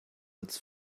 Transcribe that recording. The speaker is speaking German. als